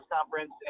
conference